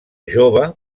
jove